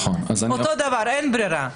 אותו דבר, אין ברירה.